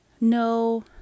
no